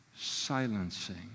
silencing